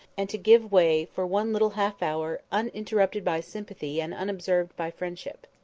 and to give way, for one little half hour, uninterrupted by sympathy and unobserved by friendship.